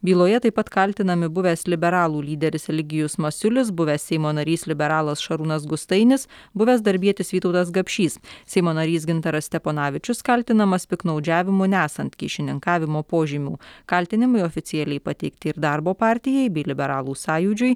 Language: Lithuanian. byloje taip pat kaltinami buvęs liberalų lyderis eligijus masiulis buvęs seimo narys liberalas šarūnas gustainis buvęs darbietis vytautas gapšys seimo narys gintaras steponavičius kaltinamas piktnaudžiavimu nesant kyšininkavimo požymių kaltinimai oficialiai pateikti ir darbo partijai bei liberalų sąjūdžiui